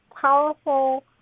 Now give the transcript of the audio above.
powerful